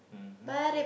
mmhmm